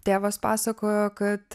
tėvas pasakojo kad